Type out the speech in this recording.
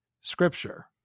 Scripture